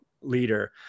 leader